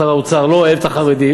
שר האוצר לא אוהב את החרדים.